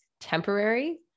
temporary